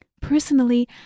Personally